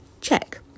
Check